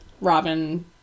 Robin